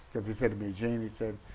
cause he said to me, gene, he said,